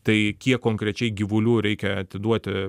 tai kiek konkrečiai gyvulių reikia atiduoti